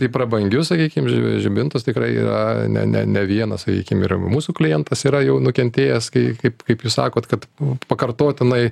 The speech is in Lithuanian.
į prabangius sakykim žibintus tikrai yra ne ne ne vienas sakykim ir mūsų klientas yra jau nukentėjęs kai kaip kaip jūs sakot kad pakartotinai